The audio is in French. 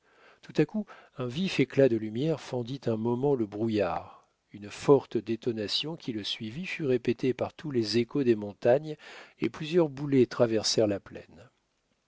tout à coup un vif éclat de lumière fendit un moment le brouillard une forte détonation qui le suivit fut répétée par tous les échos des montagnes et plusieurs boulets traversèrent la plaine